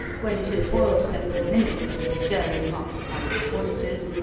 when it has boiled several minutes, stir in half a pint of oysters,